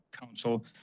Council